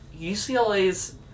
UCLA's